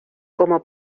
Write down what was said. como